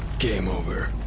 game over.